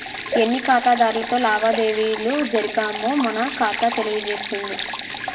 ఎన్ని ఖాతాదారులతో లావాదేవీలు జరిపామో మన ఖాతా తెలియజేస్తుంది